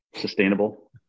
sustainable